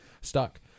stuck